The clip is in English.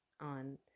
on